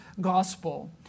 gospel